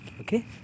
Okay